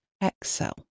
Excel